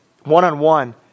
one-on-one